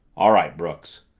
all right, brooks,